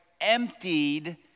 emptied